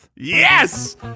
Yes